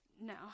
No